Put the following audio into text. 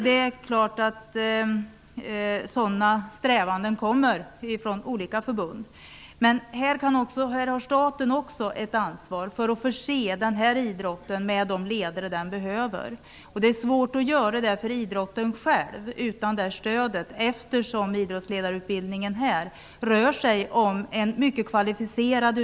Det är klart att sådana krav kommer från olika förbund. Staten har också ett ansvar för att förse den här idrotten med de ledare som den behöver. Det är svårt för idrotten själv att göra det utan något stöd, eftersom idrottsledarutbildningen på detta område är mycket kvalificerad.